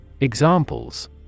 Examples